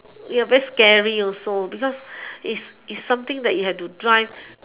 ya very scary also because is is something that you have to drive